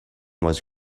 was